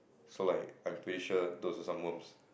so like I'm pretty sure those were some worms